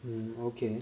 mm okay